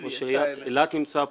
ראש עיריית אילת נמצא פה.